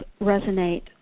resonate